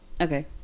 okay